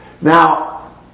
Now